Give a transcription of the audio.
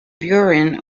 buren